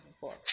books